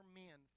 men